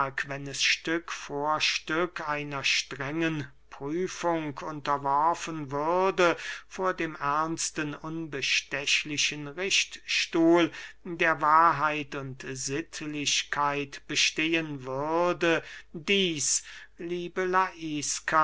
wenn es stück vor stück einer strengen prüfung unterworfen würde vor dem ernsten unbestechlichen richtstuhl der wahrheit und sittlichkeit bestehen würde dieß liebe